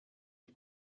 les